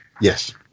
Yes